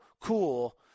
cool